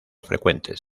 frecuentes